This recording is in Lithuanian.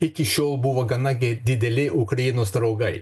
iki šiol buvo gana gi dideli ukrainos draugai